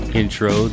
intro